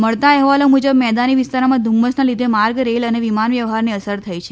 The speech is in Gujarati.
મળતા અહેવાલો મુજબ મેદાની વિસ્તારોમાં ધુમ્મસના લીધે માર્ગ રેલ અને વિમાન વ્યવહારને અસર થઈ છે